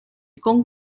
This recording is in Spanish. con